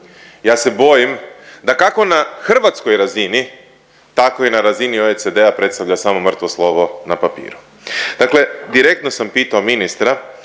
ja se bojim da kako na hrvatskoj razini tako i na razini OECD-a predstavlja mrtvo slovo na papiru. Dakle, direktno sam pitao ministra